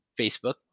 Facebook